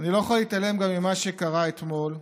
אני גם לא יכול להתעלם ממה שקרה אתמול.